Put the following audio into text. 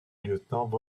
lieutenant